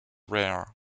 rare